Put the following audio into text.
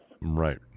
Right